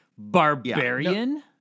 Barbarian